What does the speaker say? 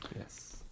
yes